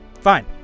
Fine